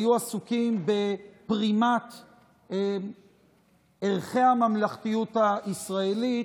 היו עסוקים בפרימת ערכי הממלכתיות הישראלית.